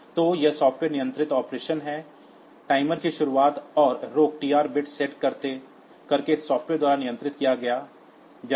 तो यह सॉफ्टवेयर नियंत्रित ऑपरेशन है टाइमर की शुरुआत और रोक TR बिट सेट करके सॉफ्टवेयर द्वारा नियंत्रित किया जाएगा